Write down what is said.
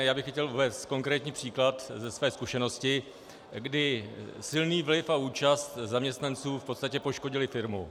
Já bych chtěl uvést konkrétní příklad ze své zkušenosti, kdy silný vliv a účast zaměstnanců v podstatě poškodily firmu.